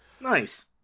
Nice